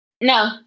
No